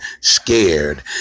scared